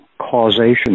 causation